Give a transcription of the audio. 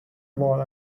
wall